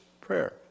prayer